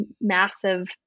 massive